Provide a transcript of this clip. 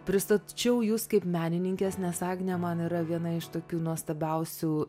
pristačiau jus kaip menininkes nes agnė man yra viena iš tokių nuostabiausių